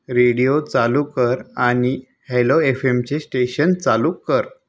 radio चालू कर आणि हॅलो एफएमचे स्टेशन चालू कर